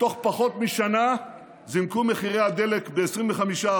בתוך פחות משנה זינקו מחירי הדלק ב-25%;